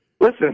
Listen